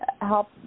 help